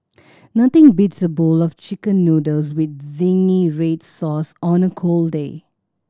nothing beats a bowl of Chicken Noodles with zingy red sauce on a cold day